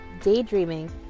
daydreaming